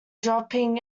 dropping